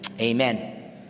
amen